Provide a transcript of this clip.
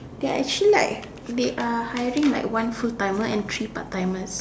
they are actually like they are hiring like one full timers and three part timer